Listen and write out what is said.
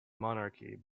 monarchy